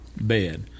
bed